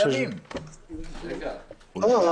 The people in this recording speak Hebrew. בכל מה